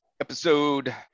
Episode